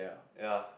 ya